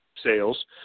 sales